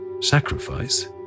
sacrifice